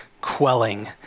quelling